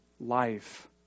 life